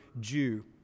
Jew